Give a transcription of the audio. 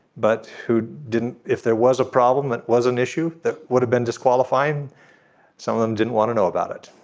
but who didn't. if there was a problem it was an issue that would have been disqualifying some of them didn't want to know about it